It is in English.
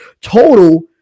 total